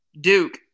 Duke